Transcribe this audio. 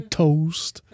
toast